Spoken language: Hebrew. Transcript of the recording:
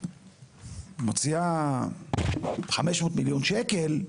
מוציאה 500 מיליון שקלים,